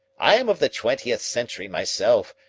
i'm of the twentieth century myself,